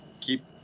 Keep